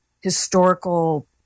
historical